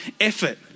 effort